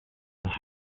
and